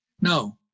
No